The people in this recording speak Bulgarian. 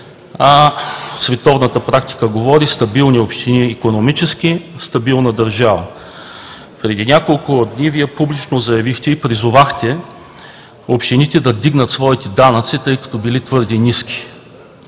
а световната практика говори: „Стабилни икономически общини – стабилна държава!“ Преди няколко дни Вие публично заявихте и призовахте общините да вдигнат своите данъци, тъй като били твърде ниски.